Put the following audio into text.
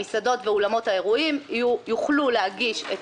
המסעדות ואולמות האירועים יוכלו להגיש את